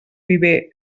viver